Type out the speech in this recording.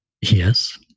Yes